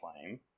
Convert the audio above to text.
claim